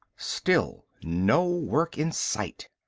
still no work in sight.